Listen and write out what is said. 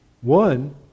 One